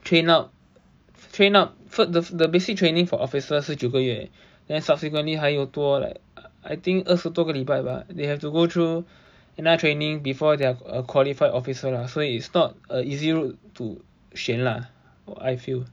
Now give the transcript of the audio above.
train up train up for so the basic training for officers 是九个月 then subsequently 还有多 like I think 二十多个礼拜吧 but they have to go through another training before they're a qualified officer lah so it is not a easy route to 选 lah I feel